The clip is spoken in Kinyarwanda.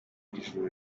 ijuru